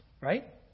Right